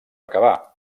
acabar